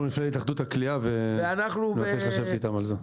אנחנו נפנה להתאחדות הקליעה ונבקש לשבת איתם על זה.